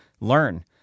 learn